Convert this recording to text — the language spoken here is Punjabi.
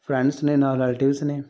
ਫਰੈਂਡਸ ਨੇ ਨਾਲ਼ ਰਿਲੇਟਿਵਸ ਨੇ